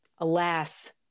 Alas